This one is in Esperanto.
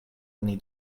oni